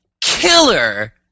killer